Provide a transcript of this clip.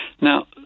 Now